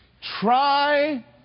Try